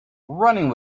running